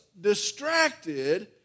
distracted